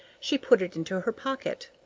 she put it into her pocket.